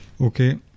Okay